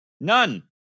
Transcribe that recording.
None